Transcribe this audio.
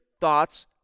thoughts